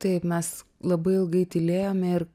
taip mes labai ilgai tylėjome ir